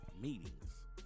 meetings